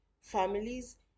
families